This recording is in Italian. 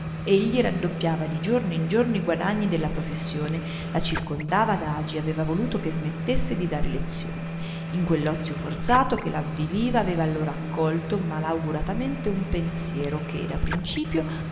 soffocante egli raddoppiava di giorno in giorno i guadagni della professione la circondava d'agi aveva voluto che smettesse di dar lezioni in quell'ozio forzato che la avviliva aveva allora accolto malauguratamente un pensiero che dapprincipio